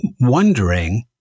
wondering